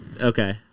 Okay